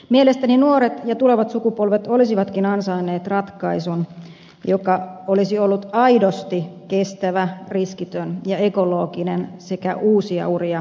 mielestäni nuoret ja tulevat sukupolvet olisivatkin ansainneet ratkaisun joka olisi ollut aidosti kestävä riskitön ja ekologinen sekä uusia uria avaava